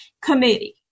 committee